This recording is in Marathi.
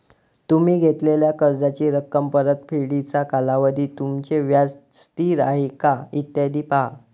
तुम्ही घेतलेल्या कर्जाची रक्कम, परतफेडीचा कालावधी, तुमचे व्याज स्थिर आहे का, इत्यादी पहा